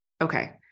Okay